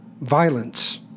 violence